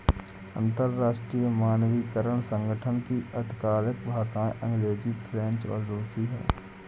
अंतर्राष्ट्रीय मानकीकरण संगठन की आधिकारिक भाषाएं अंग्रेजी फ्रेंच और रुसी हैं